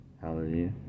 hallelujah